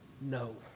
no